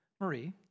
Marie